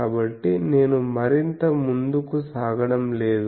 కాబట్టి నేను మరింత ముందుకు సాగడం లేదు